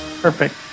Perfect